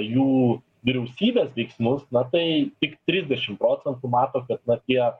jų vyriausybės veiksmus na tai tik trisdešim procentų mato kad na tie